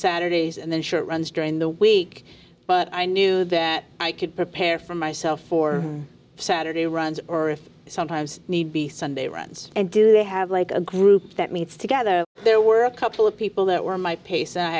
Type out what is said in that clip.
saturdays and then short runs during the week but i knew that i could prepare for myself for saturday runs or if sometimes need be sunday runs and do they have like a group that meets together there were a couple of people that were my pace